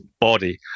body